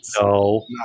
No